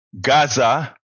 Gaza